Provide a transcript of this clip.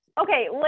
Okay